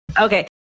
Okay